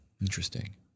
Interesting